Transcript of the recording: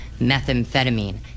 methamphetamine